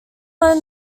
learn